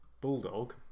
Bulldog